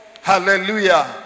hallelujah